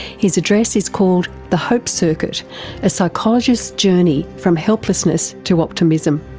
his address is called the hope circuit a psychologist's journey from helplessness to optimism.